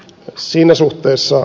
siinä suhteessa